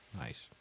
Nice